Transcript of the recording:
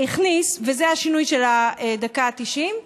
הכניס, וזה השינוי של הדקה ה-90,